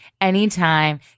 anytime